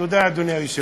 תודה, אדוני היושב-ראש.